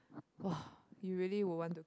!wah! you really will want to